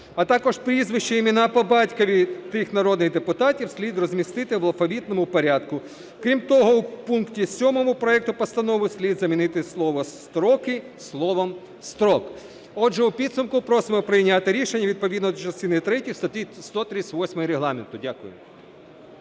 а також прізвища, імена, по батькові тих народних депутатів слід розмістити в алфавітному порядку. Крім того, в пункті 7 проекту постанови слід замінити слово "строки" словом "строк". Отже, в підсумку просимо прийняти рішення відповідно до частини третьої статті 138 Регламенту. Дякую.